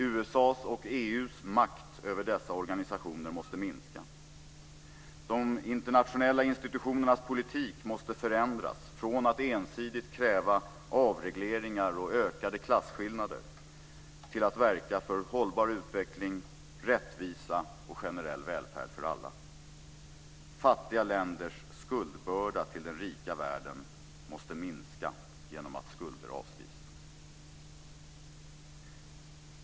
USA:s och EU:s makt över dessa organisationer måste minska. De internationella institutionernas politik måste förändras från att ensidigt kräva avregleringar och ökade klasskillnader till att verka för en hållbar utveckling, rättvisa och generell välfärd för alla. Fattiga länders skuldbörda till den rika världen måste minska genom att skulder avskrivs.